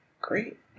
great